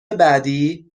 بعدی